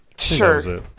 Sure